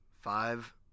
five